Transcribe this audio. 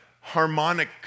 harmonic